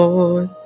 Lord